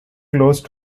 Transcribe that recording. close